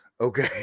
okay